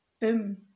boom